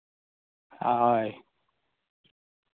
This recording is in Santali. ᱦᱳᱭ